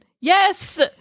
Yes